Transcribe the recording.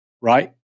right